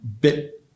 bit